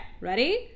Ready